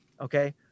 Okay